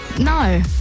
No